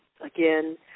again